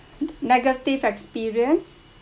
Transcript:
negative experience